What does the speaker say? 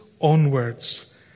onwards